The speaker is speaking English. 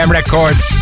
Records